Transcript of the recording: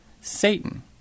Satan